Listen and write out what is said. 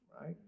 right